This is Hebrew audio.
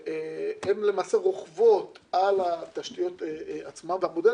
שהן למעשה רוכבות על התשתיות עצמן והמודל